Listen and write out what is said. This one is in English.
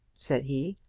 said he,